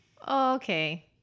Okay